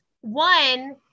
One